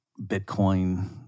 Bitcoin